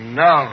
no